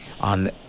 on